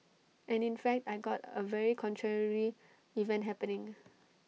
and in fact I got A very contrary event happening